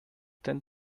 tend